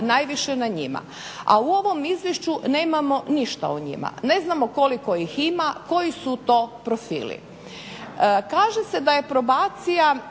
najviše na njima. A u ovom izvješću nemamo ništa o njima, ne znamo koliko ih ima, koji su to profili. Kaže se da je probacija